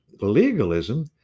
legalism